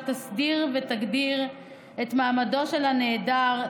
שתסדיר ושתגדיר את מעמדו של הנעדר,